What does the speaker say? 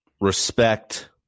respect